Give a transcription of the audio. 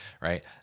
right